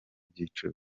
byiciro